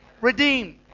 redeemed